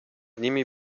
nimi